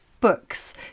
books